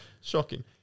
Shocking